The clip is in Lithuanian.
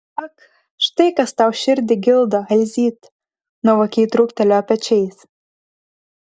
ak štai kas tau širdį gildo elzyt nuovokiai trūktelėjo pečiais